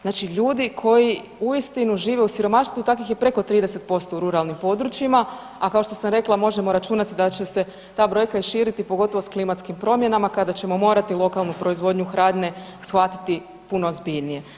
Znači ljudi koji uistinu žive u siromaštvu, takvih je preko 30% u ruralnim područjima, a kao što sam rekla, možemo računati da će se ta brojka i širiti pogotovo s klimatskim promjenama kada ćemo morati lokalnu proizvodnju hrane shvatiti puno ozbiljnije.